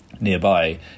nearby